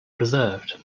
preserved